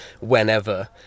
whenever